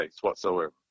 whatsoever